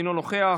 אינו נוכח,